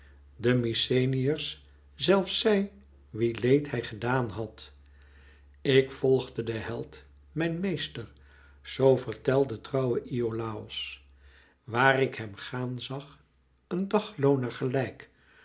de mykenæërs zelfs zij wie leed hij gedaan had ik volgde den held mijn meester zoo vertelde trouwe iolàos waar ik hem gaan zag een daglooner gelijk